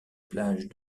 plage